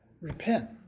Repent